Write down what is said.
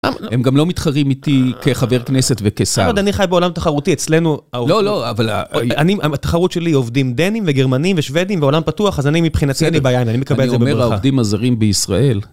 הם גם לא מתחרים איתי כחבר כנסת וכשר. אבל אני חי בעולם תחרותי, אצלנו... לא, לא, אבל... התחרות שלי עובדים דנים וגרמנים ושוודים בעולם פתוח, אז אני מבחינתי אין לי בעיה, אני מקבל את זה בברכה. אני אומר העובדים הזרים בישראל.